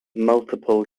multiple